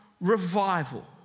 revival